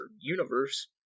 universe